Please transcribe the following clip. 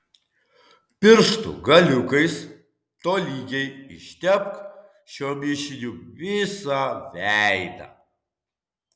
pirštų galiukais tolygiai ištepk šiuo mišiniu visą veidą